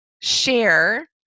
share